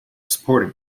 supporting